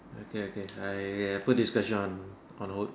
okay okay I put this question on on hold